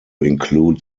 include